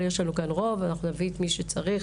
יש לנו כאן רוב ואנחנו נביא את מי שצריך,